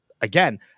again